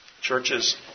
Churches